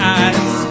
eyes